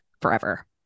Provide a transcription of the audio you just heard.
Forever